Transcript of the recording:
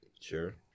Sure